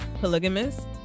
polygamous